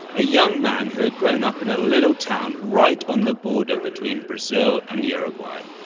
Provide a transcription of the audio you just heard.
a young man who had grown up in a little town right on the border between brazil and uruguay.